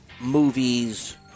movies